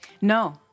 No